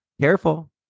Careful